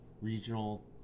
regional